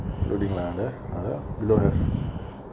loading ladder below have